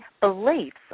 beliefs